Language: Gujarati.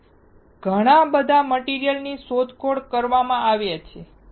તેથી ઘણા મટીરીઅલ ની શોધખોળ કરવામાં આવી છે